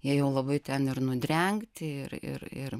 jie jau labai ten ir nudrengti ir ir ir